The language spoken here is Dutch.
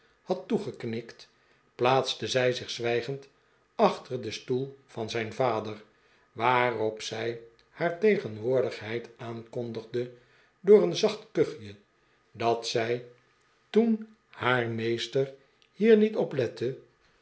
had toegeknikt plaatste zij zich zwijgend achter den stoel van zijn vader waarop zij haar tegenwoordigheid aankondigde door een zacht kuchje dat zij toen haar meester hier niet